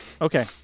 Okay